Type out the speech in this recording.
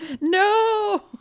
No